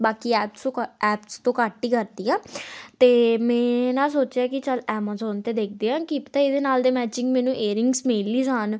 ਬਾਕੀ ਐਪਸ ਤੋਂ ਘੱ ਐਪਸ ਤੋਂ ਘੱਟ ਹੀ ਕਰਦੀ ਹਾਂ ਅਤੇ ਮੈਂ ਨਾ ਸੋਚਿਆ ਕਿ ਚਲ ਐਮਾਜ਼ੋਨ 'ਤੇ ਦੇਖਦੇ ਹਾਂ ਕੀ ਪਤਾ ਇਹਦੇ ਨਾਲ ਦੇ ਮੈਚਿੰਗ ਮੈਨੂੰ ਏਅਰਿੰਗਸ ਮਿਲੀ ਹੀ ਜਾਣ